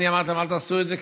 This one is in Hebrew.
אני אמרתי: אל תעשו את זה,